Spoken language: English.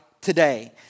today